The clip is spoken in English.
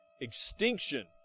extinction